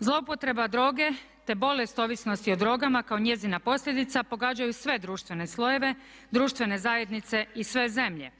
Zloupotreba droge te bolest ovisnosti o drogama kao njezina posljedica pogađaju sve društvene slojeve, društvene zajednice i sve zemlje.